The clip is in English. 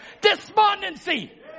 Despondency